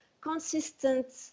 consistent